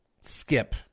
skip